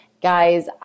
Guys